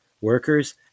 workers